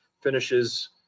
finishes